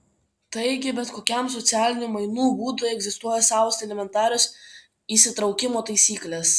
taigi bet kokiam socialinių mainų būdui egzistuoja savos elementarios įsitraukimo taisyklės